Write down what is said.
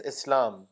Islam